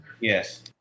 yes